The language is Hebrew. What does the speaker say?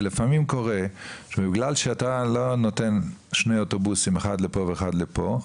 כי לפעמים קורה שבגלל שאתה לא נותן שני אוטובוסים אחד לפה ואחד לפה,